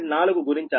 4 గుణించాలి